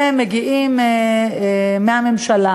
ומגיעים מהממשלה,